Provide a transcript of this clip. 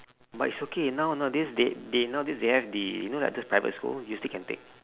but it's okay now nowadays they they nowadays they have the you know like those private school you still can take